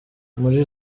muri